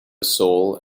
soul